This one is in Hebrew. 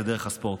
זה הספורט.